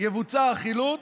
יבוצע החילוט,